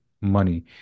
money